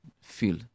feel